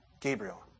Gabriel